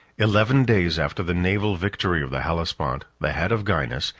eleven days after the naval victory of the hellespont, the head of gainas,